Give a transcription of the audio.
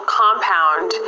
compound